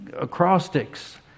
acrostics